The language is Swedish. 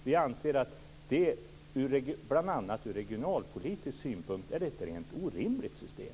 Vi anser att det bl.a. ur regionalpolitisk synpunkt är ett helt orimligt system.